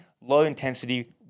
Low-intensity